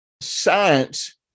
science